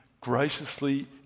graciously